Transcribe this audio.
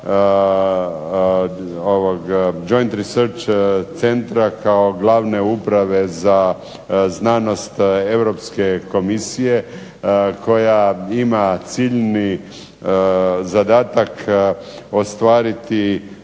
razumije se./... centra kao glavne uprave za znanost Europske komisije koja ima ciljni zadatak ostvariti